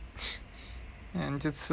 then 就吃